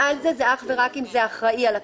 מעל זה זה רק האחראי על הקטין.